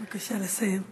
בבקשה לסיים.